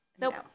Nope